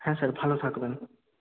হ্যাঁ স্যার ভালো থাকবেন